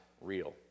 real